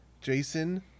Jason